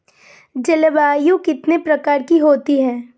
जलवायु कितने प्रकार की होती हैं?